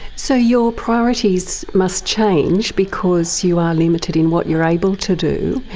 so your priorities must change because you are limited in what you're able to do.